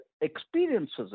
experiences